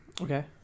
Okay